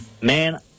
Man